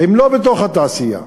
הם לא בתוך התעשייה,